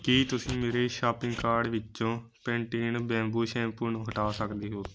ਕੀ ਤੁਸੀਂ ਮੇਰੇ shopping cart ਵਿੱਸੋਂ ਪੈਂਟੀਨ ਬੈਂਬੂ ਸ਼ੈਂਪੂ ਨੂੰ ਹਟਾ ਸਕਦੇ ਹੋ